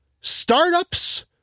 startups